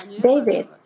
David